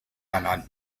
ernannt